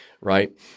right